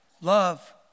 Love